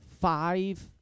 five